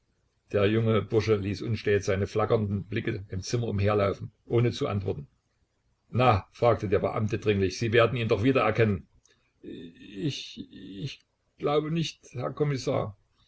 der junge bursche ließ unstät seine flackernden blicke im zimmer umherlaufen ohne zu antworten na fragte der beamte dringlich sie werden ihn doch wiedererkennen ich ich glaube nicht herr kommissar